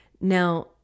Now